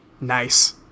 Nice